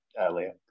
earlier